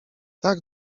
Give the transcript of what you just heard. tak